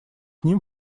ним